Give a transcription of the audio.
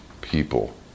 people